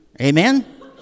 Amen